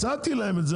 הצעתי להם את זה,